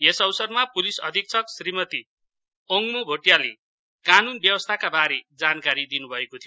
यस अवसरमा पुलिस अधिक्षक श्रीमती ओङ्मो भोटियाले कानुन व्यवस्थाका बारेमा जानकारी दिनु भएको थियो